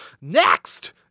Next